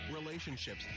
relationships